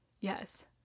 yes